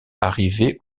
arrivait